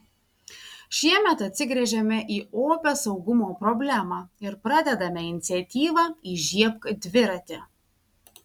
šiemet atsigręžėme į opią saugumo problemą ir pradedame iniciatyvą įžiebk dviratį